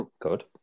Good